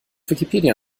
wikipedia